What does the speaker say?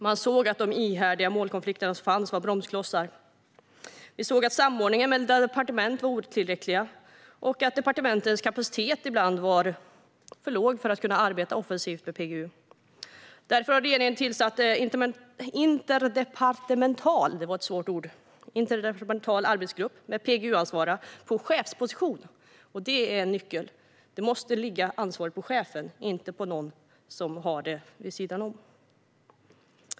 Man såg att de ständiga målkonflikter som fanns var bromsklossar. Samordningen mellan departement var otillräcklig, och departementens kapacitet var ibland för låg för att de skulle kunna arbeta offensivt med PGU. Därför har regeringen tillsatt en interdepartemental arbetsgrupp med PGU-ansvariga i chefsposition. Detta är en nyckel. Ansvaret måste ligga på chefen, inte på dem som har det vid sidan om.